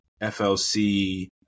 FLC